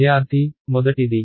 విద్యార్థి మొదటిది